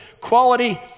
quality